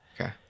Okay